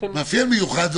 מאפיין מיוחד.